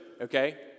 Okay